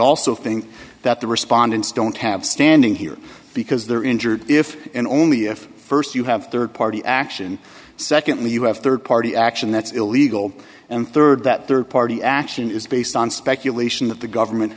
also think that the respondents don't have standing here because they're injured if and only if first you have third party action secondly you have third party action that's illegal and third that third party action is based on speculation that the government